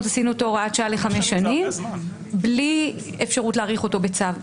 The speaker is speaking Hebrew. עשינו אותו הוראת שעה לחמש שנים בלי אפשרות להאריך אותו בצו,